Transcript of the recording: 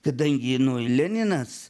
kadangi nu leninas